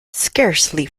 scarcely